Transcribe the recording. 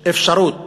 אפשרות